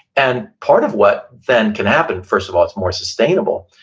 and part of what then can happen, first of all, it's more sustainable.